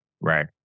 right